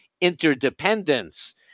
interdependence